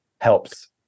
helps